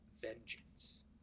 vengeance